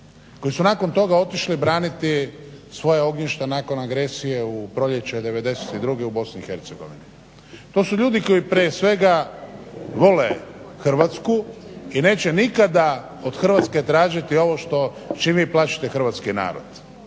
koji su nakon toga otišli braniti svoja ognjišta nakon agresije u proljeće '92. u BiH. To su ljudi koji prije svega vole Hrvatsku i neće nikada od Hrvatske tražiti ovo s čim vi plašite hrvatski narod.